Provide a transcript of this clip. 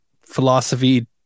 philosophy